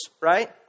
right